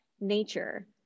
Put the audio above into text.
nature